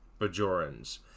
Bajorans